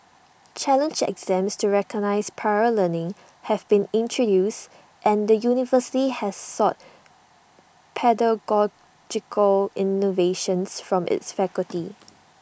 challenge exams to recognise prior learning have been introduced and the university has sought pedagogical innovations from its faculty